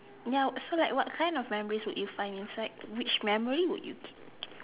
ya so like what kind of memories would you find inside which memories would you keep